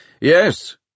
yes